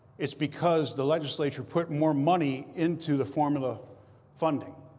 it's because the legislature put more money into the formula funding.